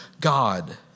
God